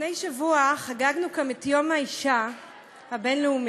לפני שבוע חגגנו כאן את יום האישה הבין-לאומי,